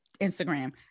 instagram